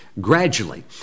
gradually